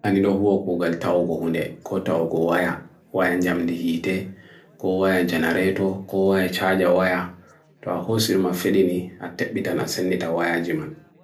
Anidohu oku gal ta uko hunde, kota uko waya, waya njamedi hite, ko waya janareto, ko waya charja waya. Toa hoos ilma fedini at tebita na senita waya jiman.